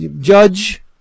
judge